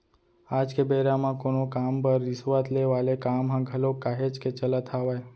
आज के बेरा म कोनो काम बर रिस्वत ले वाले काम ह घलोक काहेच के चलत हावय